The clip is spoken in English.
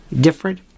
different